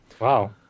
Wow